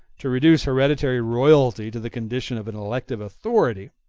to reduce hereditary royalty to the condition of an elective authority,